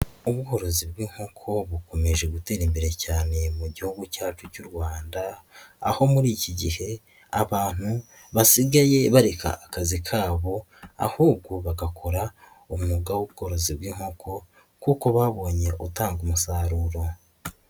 Ubworozi bw'inkoko bukomeje gutera imbere cyane mu gihugu cyacu cy'u Rwanda, aho muri iki gihe abantu basigaye bareka akazi kabo ahubwo bagakora umwuga w'ubworozi bw'inkoko kuko babonye utanga umusaruro.